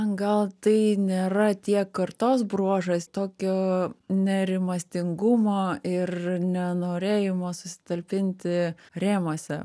gal tai nėra tiek kartos bruožas tokio nerimastingumo ir nenorėjimo susitalpinti rėmuose